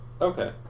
Okay